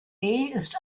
ist